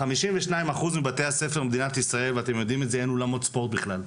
ב-52% מבתי הספר במדינת ישראל אין אולמות ספורט בכלל.